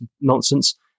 nonsense